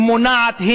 היא מונעת,